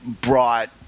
brought